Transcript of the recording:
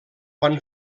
van